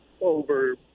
over